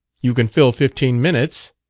you can fill fifteen minutes.